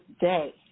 day